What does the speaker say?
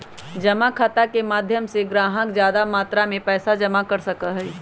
जमा खाता के माध्यम से ग्राहक ज्यादा मात्रा में पैसा जमा कर सका हई